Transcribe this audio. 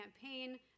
campaign